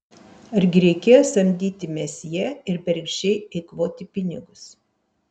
argi reikėjo samdyti mesjė ir bergždžiai eikvoti pinigus